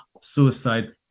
suicide